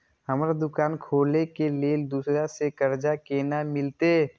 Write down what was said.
हमरा दुकान खोले के लेल दूसरा से कर्जा केना मिलते?